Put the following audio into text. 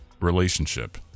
relationship